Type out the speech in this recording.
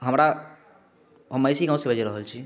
हमरा हम आइसी गाँव सँ बाजि रहल छी